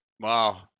Wow